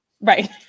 right